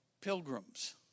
pilgrims